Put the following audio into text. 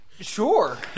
Sure